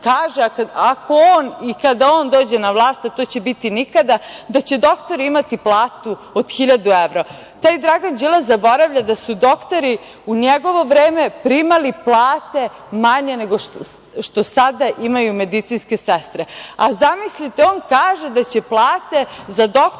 kaže da ako on i kada on dođe na vlast, a to će biti nikada, da će doktori imati platu od 1000 evra. Taj Dragan Đilas zaboravlja da su doktori u njegovo vreme primali plate manje nego što sada imaju medicinske sestre. Zamislite, on kaže da će plate za doktore